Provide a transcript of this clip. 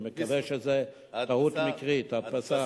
אני מקווה שזה טעות מקרית, הדפסה.